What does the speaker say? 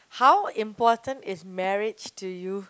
how important is marriage to you